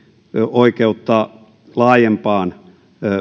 oikeutta laajempaan